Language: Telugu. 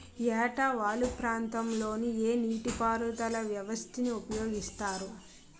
ఏట వాలు ప్రాంతం లొ ఏ నీటిపారుదల వ్యవస్థ ని ఉపయోగిస్తారు?